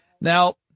Now